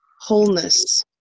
wholeness